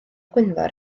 gwynfor